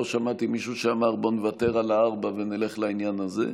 לא שמעתי מישהו שאמר: בואו נוותר על ה-4 ונלך לעניין הזה.